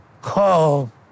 call